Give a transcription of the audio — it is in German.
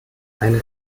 ein